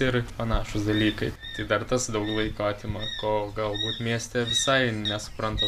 ir panašūs dalykai ir dar tas daug laiko atima kol galbūt mieste visai nesupranta